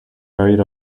hurried